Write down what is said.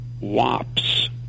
wops